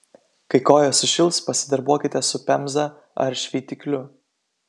kai kojos sušils pasidarbuokite su pemza ar šveitikliu